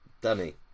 Danny